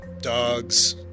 dogs